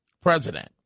president